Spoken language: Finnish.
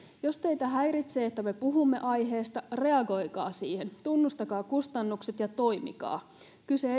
jos teitä häiritsee että me puhumme aiheesta reagoikaa siihen tunnustakaa kustannukset ja toimikaa kyse